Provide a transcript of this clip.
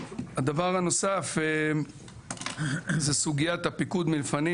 הדבר הנוסף זה סוגיית הפיקוד מלפנים